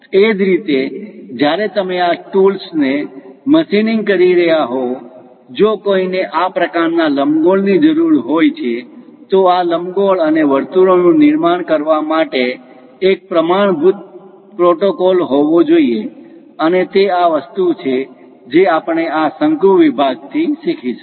એ જ રીતે જ્યારે તમે આ ટૂલ્સ ને મશીનિંગ કરી રહ્યા હો જો કોઈને આ પ્રકારના લંબગોળ ની જરૂર હોય છે તો આ લંબગોળ અને વર્તુળો નું નિર્માણ કરવા માટે એક પ્રમાણભૂત પ્રોટોકોલ હોવા જોઈએ અને તે આ વસ્તુ છે જે આપણે આ શંકુ વિભાગ થી શીખીશું